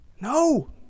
No